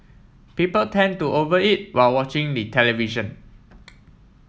people tend to over eat while watching the television